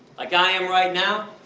like i am right now,